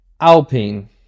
Alpine